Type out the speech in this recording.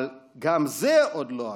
אבל גם זה עוד לא הכול.